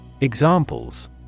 Examples